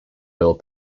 bill